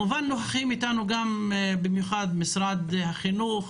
נוכחים אתנו במיוחד משרד החינוך